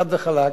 חד וחלק,